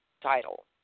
title